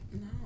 No